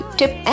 tip